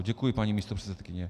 Děkuji, paní místopředsedkyně.